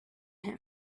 him